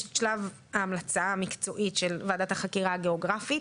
יש את שלב ההמלצה המקצועית של ועדת החקירה הגיאוגרפית.